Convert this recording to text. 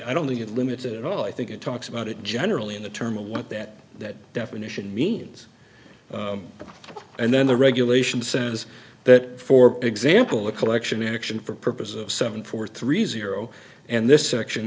i don't think it limits it at all i think it talks about it generally in the term a what that that definition means and then the regulation says that for example a collection action for purposes of seven four three zero and this section